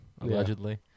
allegedly